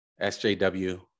SJW